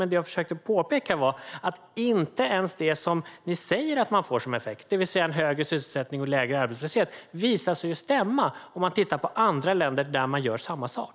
Men det jag försökte påpeka var också att inte ens det som ni säger att man får som effekt, det vill säga en högre sysselsättning och en lägre arbetslöshet, visar sig stämma. Det ser vi om vi tittar på andra länder där man gör samma sak.